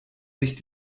sich